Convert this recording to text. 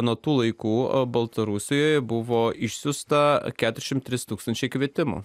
nuo tų laikų o baltarusijoje buvo išsiųsta keturiasdešimt trys tūkstančiai kvietimų